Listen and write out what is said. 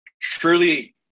truly